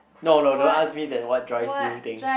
no no don't ask me that what drives you thing